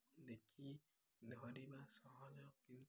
ଦେଖି ଧରିବା ସହଜ କି